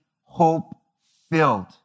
hope-filled